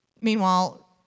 meanwhile